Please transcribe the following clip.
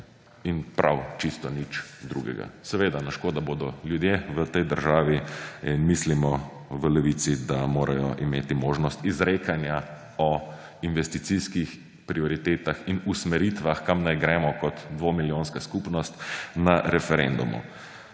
In prav čisto nič drugega. Seveda na škodi bodo ljudje v tej državi. V Levici mislimo, da morajo imeti možnost izrekanja o investicijskih prioritetah in usmeritvah, kam naj gremo kot dvomilijonska skupnost, na referendumu.